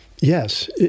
yes